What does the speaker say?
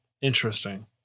Interesting